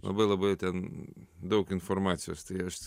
labai labai ten daug informacijos tai aš